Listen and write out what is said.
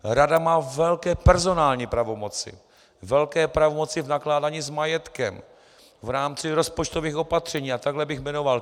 Rada má velké personální pravomoci, velké pravomoci v nakládání s majetkem, v rámci rozpočtových opatření a takhle bych jmenoval.